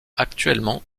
actuellement